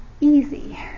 easy